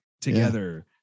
together